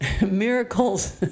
miracles